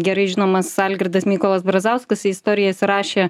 gerai žinomas algirdas mykolas brazauskas į istoriją įsirašė